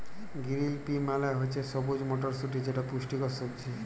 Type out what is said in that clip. গিরিল পি মালে হছে সবুজ মটরশুঁটি যেট পুষ্টিকর সবজি